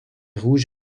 rouge